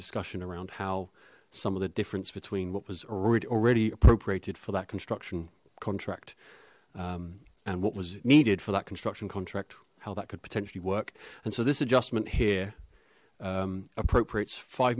discussion around how some of the difference between what was already appropriated for that construction contract and what was needed for that construction contract how that could potentially work and so this adjustment here appropriates five